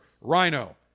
rhino